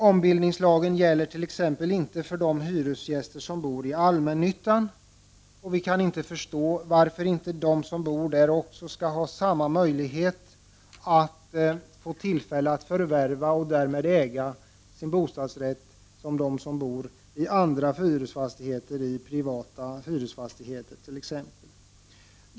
Ombildningslagen gäller t.ex. inte för de hyresgäster som bor i allmännyttan. Vi i centern kan inte förstå varför de som bor där inte skall ha samma möjlighet att förvärva och därmed äga sin bostad som de som bor i andra hyreslägenheter i t.ex. privata hyresfastigheter.